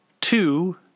two